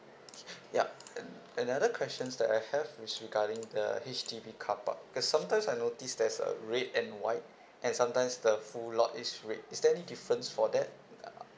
ya and another questions that I have is regarding the H_D_B carpark because sometimes I notice there's a red and white and sometimes the full lot is red is there any difference for that uh